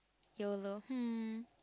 yolo hmm